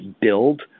build